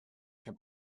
can